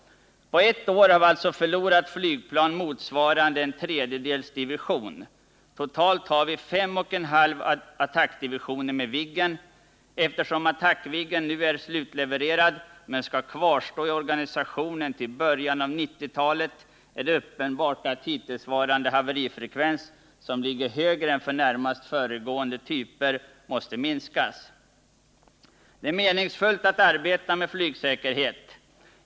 På ett år har vi alltså förlorat flyglan motsvarande en tredjedels division. Totalt har vi fem och en halv attackdivisioner med Viggen. Eftersom Attackviggen nu är slutlevererad men skall kvarstå i organisationen till början av 1990-talet, är det uppenbart att hittillsvarande haverifrekvens — som ligger högre än för närmast föregående typer — måste minskas. Det är meningsfullt att arbeta med flygsäkerhetsarbete.